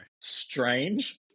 Strange